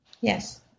Yes